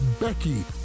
Becky